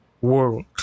world